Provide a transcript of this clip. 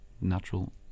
natural